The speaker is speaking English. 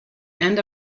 end